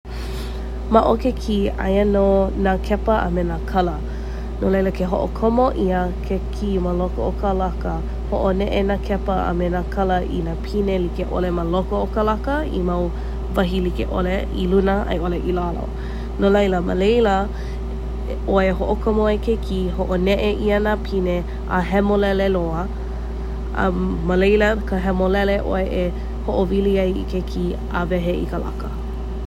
Ma o ke kī, aia nō nā kepa a me nā kala. No laila ke hoʻokomo ʻia ke kī ma loko o ka laka, hoʻoneʻe nā kepa a me nā kala i nā pine likeʻole ma loko o ka laka i mau wahi like ʻole, i luna a i ʻole i lalo. No laila ma laila ʻoe e hoʻokomo ai ke kī, hoʻoneʻe ʻia nā pine, a hemolele loa, a ma laila ka hemolele ʻoe e hoʻowili ai ke kī a wehe i ka laka.